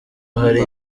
hari